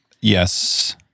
Yes